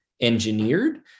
engineered